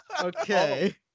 Okay